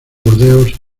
burdeos